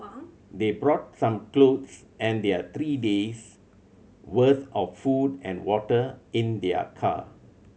they brought some clothes and there three days' worth of food and water in their car